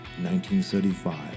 1935